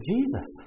Jesus